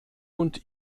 und